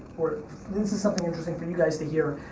or this is something interesting for you guys to hear.